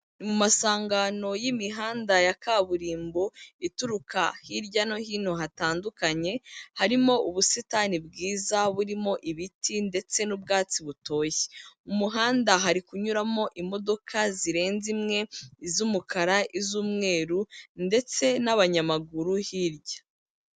Mu masangano y'imihanda ya kaburimbo, ituruka hirya no hino hatandukanye, harimo ubusitani bwiza burimo ibiti ndetse n'ubwatsi butoshye. Mu muhanda hari kunyuramo imodoka zirenze imwe iz'umukara, iz'umweru ndetse n'abanyamaguru hirya.